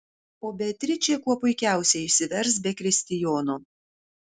o beatričė kuo puikiausiai išsivers be kristijono